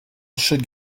should